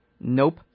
Nope